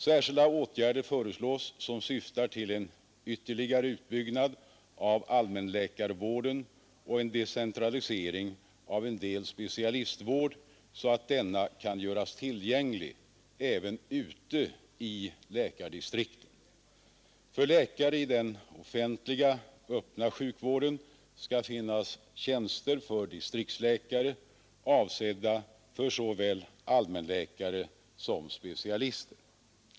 Särskilda åtgärder föreslås, som syftar till en ytterligare utbyggnad av allmänläkarvården och en decentralisering av en del specialistvård så att denna kan göras tillgänglig även ute i läkardistrikten. För läkare i den offentliga öppna sjukvården skall finnas tjänster som distriktsläkare, avsedda för såväl allmänläkare som specialister.